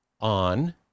on